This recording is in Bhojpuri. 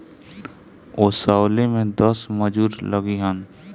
ओसवले में दस मजूर लगिहन